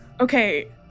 Okay